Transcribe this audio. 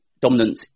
dominant